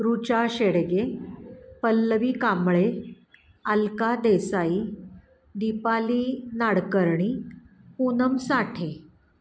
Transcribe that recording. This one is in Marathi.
रुचा शेडगे पल्लवी कांबळे अलका देसाई दिपाली नाडकर्णी पूनम साठे